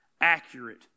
Accurate